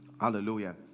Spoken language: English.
hallelujah